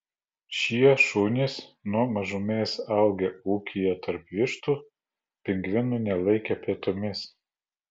šie šunys nuo mažumės augę ūkyje tarp vištų pingvinų nelaikė pietumis